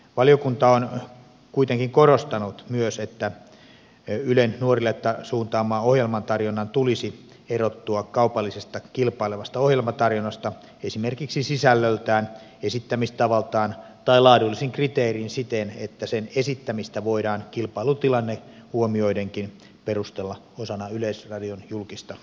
valiokunta on kuitenkin korostanut myös että ylen nuorille suuntaaman ohjelmatarjonnan tulisi erottua kaupallisesta kilpailevasta ohjelmatarjonnasta esimerkiksi sisällöltään esittämistavaltaan tai laadullisin kriteerein siten että sen esittämistä voidaan kilpailutilanne huomioidenkin perustella osana yleisradion julkista palvelua